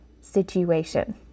situation